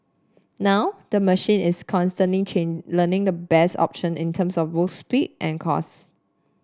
now the machine is constantly change learning the best option in terms of both speed and cost